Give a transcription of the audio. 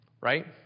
Right